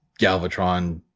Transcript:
Galvatron